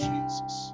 Jesus